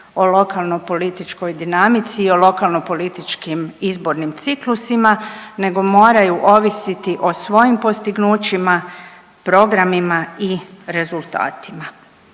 o lokalnoj političkoj dinamici i lokalno političkih izbornim ciklusima nego moraju ovisiti o svojim postignućima, programima i rezultatima.